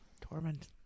torment